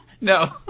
No